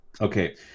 Okay